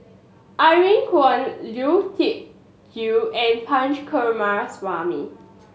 Irene Khong Liu Tuck Yew and Punch Coomaraswamy